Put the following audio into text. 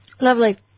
Lovely